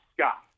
Scott